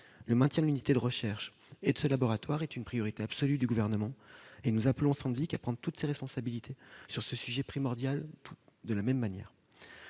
Le maintien de l'unité de recherche et de ce laboratoire est une priorité absolue du Gouvernement, et nous appelons Sandvik à prendre toutes ses responsabilités sur ce sujet essentiel. Vous l'aurez